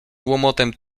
łomotem